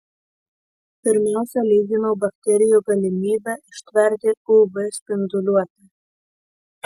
pirmiausia lyginau bakterijų galimybę ištverti uv spinduliuotę